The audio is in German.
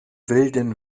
wilden